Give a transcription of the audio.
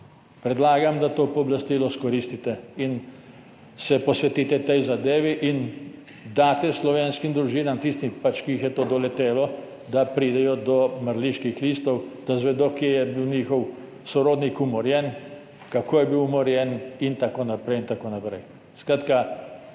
Predlagam, da to pooblastilo izkoristite in se posvetite tej zadevi in daste tistim slovenskim družinam, ki jih je to doletelo, [možnost], da pridejo do mrliških listov, da izvedo, kje je bil njihov sorodnik umorjen, kako je bil umorjen in tako naprej. Skratka, pred